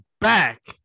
back